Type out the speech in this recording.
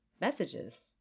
messages